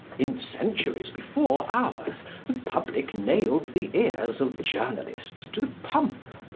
in centuries before ours the public nailed the ears of journalists to the pump.